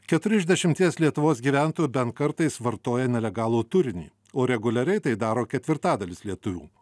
keturi iš dešimties lietuvos gyventojų bent kartais vartoja nelegalų turinį o reguliariai tai daro ketvirtadalis lietuvių